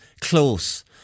close